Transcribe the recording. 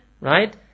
right